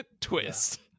twist